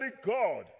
God